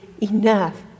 enough